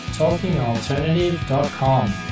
talkingalternative.com